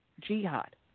jihad